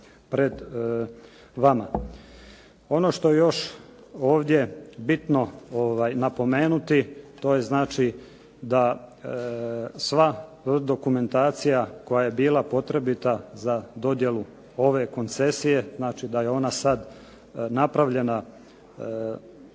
pred vama. Ono što je još ovdje bitno napomenuti to je da sva dokumentacija koja je bila potrebita za dodjelu ove koncesije, znači da je ona sada napravljena sukladno